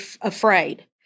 afraid